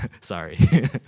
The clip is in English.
Sorry